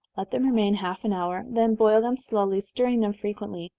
let them remain half an hour then boil them slowly, stirring them frequently,